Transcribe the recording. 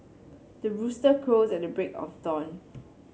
the rooster crows at the break of dawn